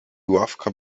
ławka